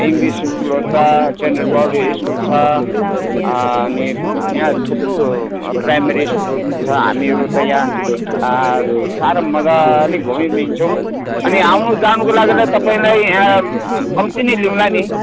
English स्कुलहरू छ केन्द्र बडी स्कुल छ अनि यहाँ थुप्रो प्राइमेरी स्कुलहरू पनि छ हामीहरू त यहाँ साह्रो मजाले घुमि हिँड्छौँ अनि आउनु जानुको लागि त तपाईँलाई कम्ती नै लिउँला नि